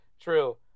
true